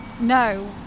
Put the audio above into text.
no